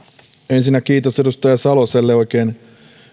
ensinnä kiitos edustaja saloselle oikein